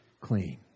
clean